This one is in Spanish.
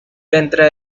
dentro